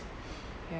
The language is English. ya